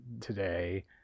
today